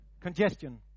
congestion